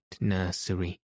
nursery